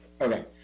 okay